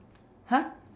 !huh!